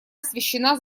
освещена